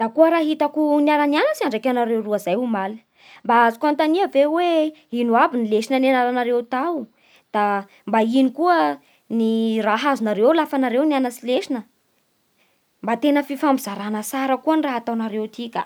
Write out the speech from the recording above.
Do kô raha hitako niara nianatsy andraky anareo roa zay omaly, mba azoko anontania ve hoe ino aby ny lesona nianaranareo tao Da mba ino ny raha azonareo lafa nareo nianatsy lesona? Mba tena fifampizarana tsara koa an ty raha ataonareo ty ka